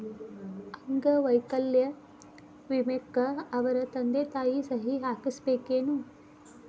ಅಂಗ ವೈಕಲ್ಯ ವಿಮೆಕ್ಕ ಅವರ ತಂದಿ ತಾಯಿ ಸಹಿ ಹಾಕಸ್ಬೇಕೇನು?